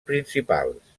principals